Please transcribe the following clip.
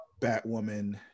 Batwoman